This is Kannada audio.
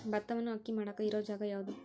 ಭತ್ತವನ್ನು ಅಕ್ಕಿ ಮಾಡಾಕ ಇರು ಜಾಗ ಯಾವುದು?